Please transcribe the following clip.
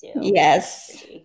Yes